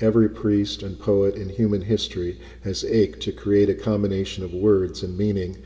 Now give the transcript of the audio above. every priest and poet in human history has ache to create a combination of words and meaning